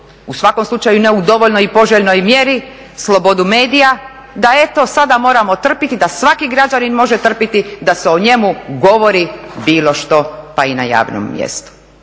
u svakom slučaju ne u dovoljnoj i poželjnoj mjeri, slobodu medija, da eto sada moramo trpiti da svaki građanin može trpiti da se o njemu govori bilo što pa i na javnom mjestu,